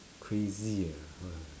crazy ah